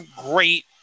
great